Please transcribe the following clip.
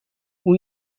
اون